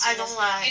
I don't like